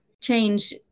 change